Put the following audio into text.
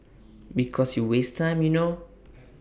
because you waste time you know